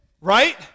right